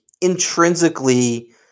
intrinsically